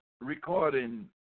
recording